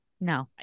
No